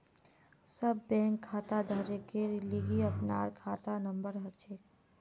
सब बैंक खाताधारकेर लिगी अपनार खाता नंबर हछेक